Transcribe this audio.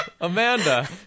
Amanda